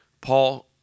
Paul